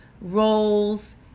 roles